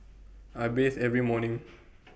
I bathe every morning